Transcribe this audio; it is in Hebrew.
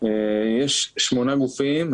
יש שמונה גופים,